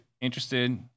interested